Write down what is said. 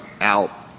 out